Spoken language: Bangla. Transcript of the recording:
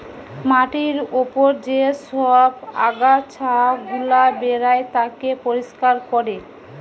মাটির উপর যে সব আগাছা গুলা বেরায় তাকে পরিষ্কার কোরে